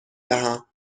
دهم